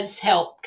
help